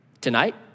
Tonight